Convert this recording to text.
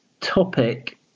topic